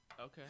Okay